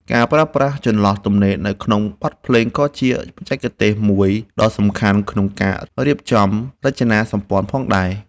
ការប្រើប្រាស់ចន្លោះទំនេរនៅក្នុងបទភ្លេងក៏ជាបច្ចេកទេសមួយដ៏សំខាន់ក្នុងការរៀបចំរចនាសម្ព័ន្ធផងដែរ។